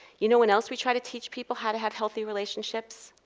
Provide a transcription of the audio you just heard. you know when else we try to teach people how to have healthy relationships?